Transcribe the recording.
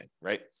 right